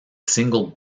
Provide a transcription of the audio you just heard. single